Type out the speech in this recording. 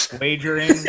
wagering